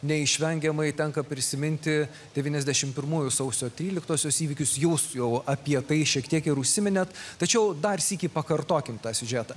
neišvengiamai tenka prisiminti devyniasdešimt pirmųjų sausio tryliktosios įvykius jūs jau apie tai šiek tiek ir užsiminėt tačiau dar sykį pakartokim tą siužetą